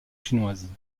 chinoise